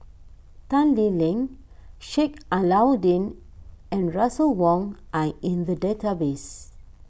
Tan Lee Leng Sheik Alau'ddin and Russel Wong are in the database